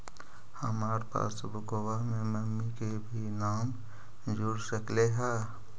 हमार पासबुकवा में मम्मी के भी नाम जुर सकलेहा?